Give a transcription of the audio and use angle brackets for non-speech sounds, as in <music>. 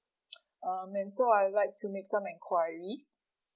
<noise> um and so I'd like to make some enquiries